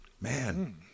Man